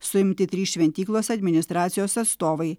suimti trys šventyklos administracijos atstovai